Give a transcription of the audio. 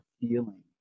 feeling